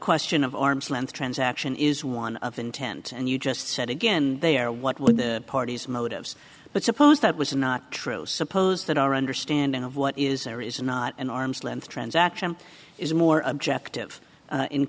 question of arm's length transaction is one of intent and you just said again there what would the parties motives but suppose that was not true suppose that our understanding of what is or is not an arm's length transaction is more objective